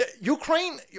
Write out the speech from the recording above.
Ukraine